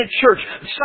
church